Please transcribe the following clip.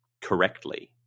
correctly